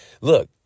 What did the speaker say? look